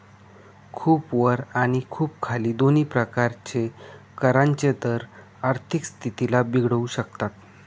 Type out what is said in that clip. खूप वर आणि खूप खाली दोन्ही प्रकारचे करांचे दर आर्थिक स्थितीला बिघडवू शकतात